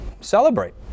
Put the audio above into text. celebrate